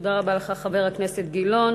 תודה רבה לך, חבר הכנסת גילאון.